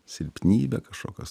silpnybė kašokios